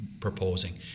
proposing